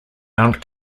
mount